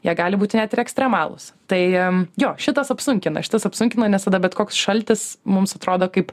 jie gali būti net ekstremalūs tai jo šitas apsunkina šitas apsunkina nes tada bet koks šaltis mums atrodo kaip